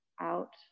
out